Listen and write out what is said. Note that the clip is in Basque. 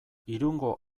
irungo